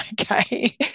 okay